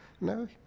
No